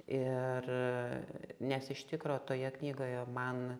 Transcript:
ir nes iš tikro toje knygoje man